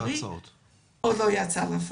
אך הוא לא יצא לפועל.